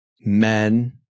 men